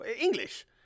English